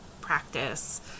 practice